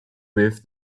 with